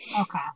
okay